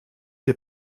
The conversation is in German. wir